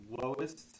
lowest